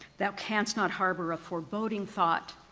thou canst not harbor a foreboding thought,